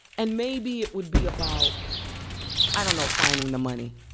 and maybe it would be about i don't know, finding the money.